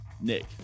nick